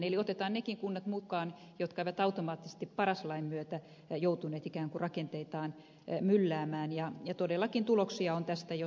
eli otetaan nekin kunnat mukaan jotka eivät automaattisesti paras lain myötä joutuneet ikään kuin rakenteitaan mylläämään ja todellakin tuloksia on tästä jo saatu